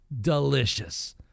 delicious